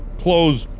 close.